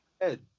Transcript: head